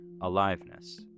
aliveness